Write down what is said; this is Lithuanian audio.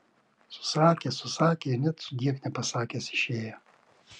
susakė susakė ir net sudiev nepasakęs išėjo